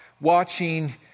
watching